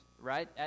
right